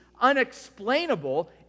unexplainable